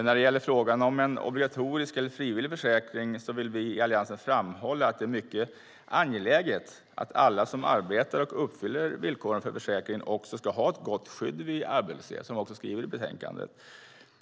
När det gäller frågan om en obligatorisk eller frivillig försäkring vill vi i Alliansen framhålla att det är mycket angeläget att alla som arbetar och uppfyller villkoren för försäkringen också ska ha ett gott skydd vid arbetslöshet. Så skriver vi också i betänkandet.